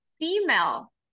female